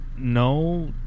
No